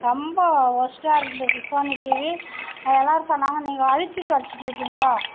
ரொம்ப ஒர்ஸ்ட்டாக இருந்தது சோனி டிவி எல்லாரும் சொன்னாங்க நீங்கள் அழுத்தி துடச்சிட்டுருப்பீங்கோ